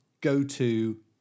go-to